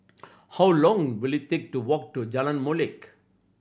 how long will it take to walk to Jalan Molek